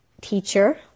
teacher